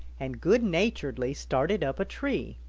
and good-naturedly started up a tree.